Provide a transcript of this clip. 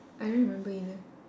I don't remember either